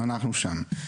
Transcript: אנחנו שם.